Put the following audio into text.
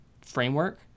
framework